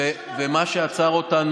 ומה שעצר אותנו,